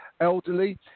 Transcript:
elderly